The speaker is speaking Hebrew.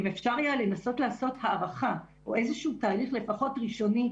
אם אפשר יהיה לנסות לעשות הערכה או איזה שהוא תהליך לפחות ראשוני,